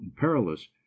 perilous